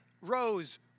rose